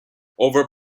over